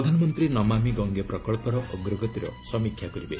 ପ୍ରଧାନମନ୍ତ୍ରୀ ନମାମି ଗଙ୍ଗେ ପ୍ରକଳ୍ପର ଅଗ୍ରଗତିର ସମୀକ୍ଷା କରିବେ